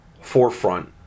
forefront